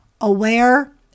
Aware